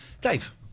Dave